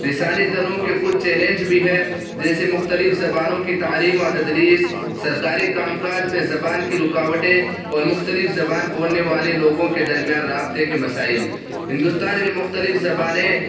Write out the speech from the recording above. لسانی تنوع کے کچھ چیلنج بھی ہیں جیسی مختلف زبانوں کی تعلیم اور تدریس سرکاری کام کاج میں زبان کی رکاوٹیں اور مختلف زبان بولنے والے لوگوں کے درمیان رابطے کے مسائل ہندوستان کے مختلف زبانیں